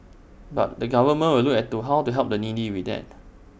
but the government will look at to how to help the needy with that